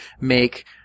make